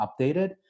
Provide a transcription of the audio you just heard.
updated